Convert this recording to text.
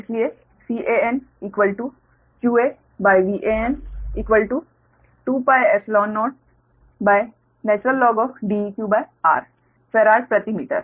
इसलिए CanqaVan 2πϵ0InDeqr farad प्रति metre